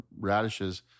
radishes